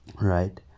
right